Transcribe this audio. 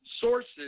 sources